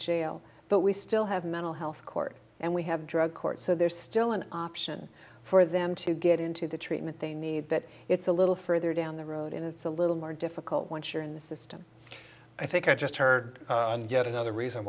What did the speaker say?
jail but we still have mental health court and we have drug courts so there's still an option for them to get into the treatment they need but it's a little further down the road and it's a little more difficult once you're in the system i think i just heard yet another reason